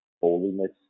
holiness